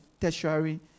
tertiary